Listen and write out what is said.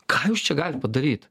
ką jūs čia galit padaryt